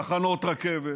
תחנות רכבת,